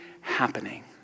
happening